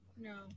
No